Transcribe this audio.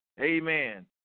Amen